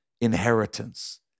inheritance